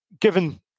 given